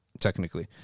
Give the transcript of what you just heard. technically